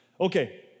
okay